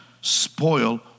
spoil